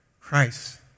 Christ